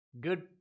Good